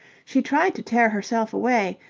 she tried to tear herself away,